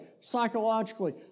psychologically